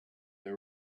they